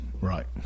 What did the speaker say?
Right